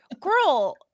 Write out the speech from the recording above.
Girl